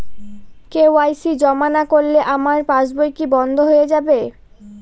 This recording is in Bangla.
কে.ওয়াই.সি জমা না করলে আমার পাসবই কি বন্ধ হয়ে যাবে?